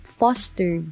foster